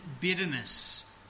bitterness